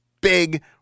Big